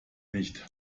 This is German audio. nicht